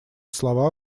слова